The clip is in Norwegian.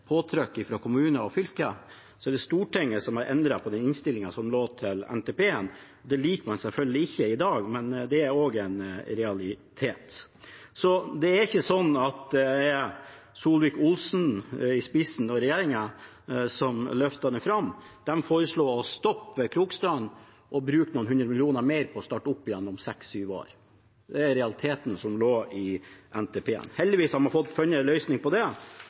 kommuner og fylke er det Stortinget som har endret den innstillingen som lå til NTP-en. Det liker man selvfølgelig ikke i dag, men det er også en realitet. Så det er ikke sånn at det er med Solvik-Olsen i spissen – og regjeringen – det ble løftet fram. De foreslo å stoppe ved Krokstrand og bruke noen hundre millioner mer på å starte opp igjen om seks–sju år. Det er realiteten som lå i NTP-en. Heldigvis har man funnet en løsning på det,